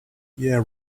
yeah